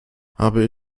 habe